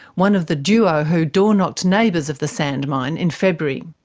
one of the duo who doorknocked neighbours of the sand mine in february.